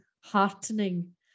heartening